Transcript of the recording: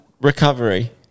recovery